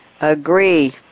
Agree